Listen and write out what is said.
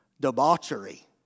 debauchery